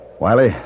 Wiley